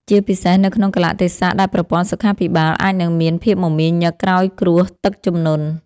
ជាពិសេសនៅក្នុងកាលៈទេសៈដែលប្រព័ន្ធសុខាភិបាលអាចនឹងមានភាពមមាញឹកក្រោយគ្រោះទឹកជំនន់។